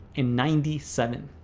and ninety seven